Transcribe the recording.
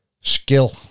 Skill